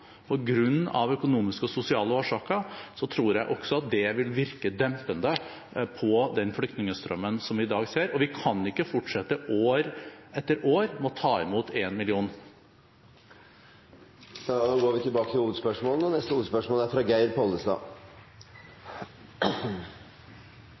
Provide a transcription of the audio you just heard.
økonomiske og sosiale årsaker, vil det virke dempende på den flyktningstrømmen som vi i dag ser, og vi kan ikke fortsette år etter år med å ta imot 1 million. Vi går videre til neste hovedspørsmål. Mitt spørsmål går til